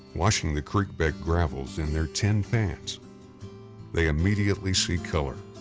washing the creek bed gravels in their tin pans they immediately see color,